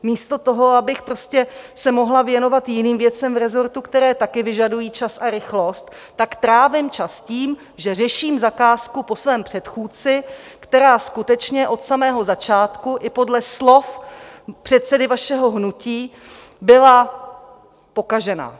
Místo toho, abych se mohla věnovat jiným věcem v resortu, které také vyžadují čas a rychlost, tak trávím čas tím, že řeším zakázku po svém předchůdci, která skutečně od samého začátku i podle slov předsedy vašeho hnutí byla pokažená.